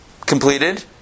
completed